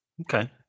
Okay